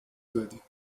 زدی